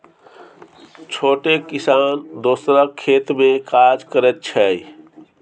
छोट किसान दोसरक खेत मे काज करैत छै